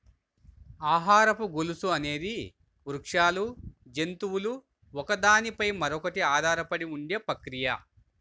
ఆహారపు గొలుసు అనేది వృక్షాలు, జంతువులు ఒకదాని పై మరొకటి ఆధారపడి ఉండే ప్రక్రియ